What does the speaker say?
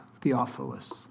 Theophilus